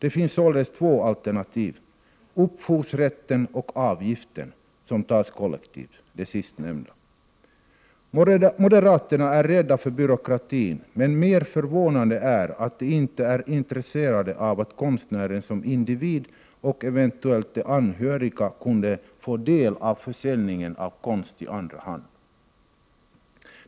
Det finns således två alternativ: upphovsrätten och en avgift som tas ut kollektivt. Moderaterna är rädda för byråkratin, men mer förvånande är att de inte är intresserade av att konstnären som individ och eventuellt de anhöriga kunde få del av försäljningen av konst i andra hand.